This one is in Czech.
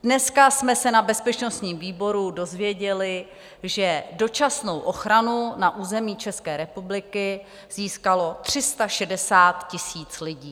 Dneska jsme se na bezpečnostním výboru dozvěděli, že dočasnou ochranu na území České republiky získalo 360 000 lidí.